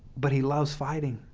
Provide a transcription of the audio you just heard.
but he loves fighting.